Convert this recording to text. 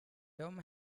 tom